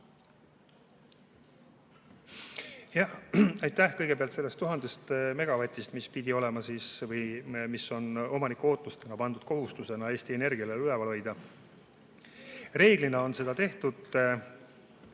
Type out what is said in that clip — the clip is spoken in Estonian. Aitäh! Kõigepealt, sellest 1000 megavatist, mis pidi olema või mis on omaniku ootustena pandud kohustusena Eesti Energiale üleval hoida. Reeglina on seda tehtud.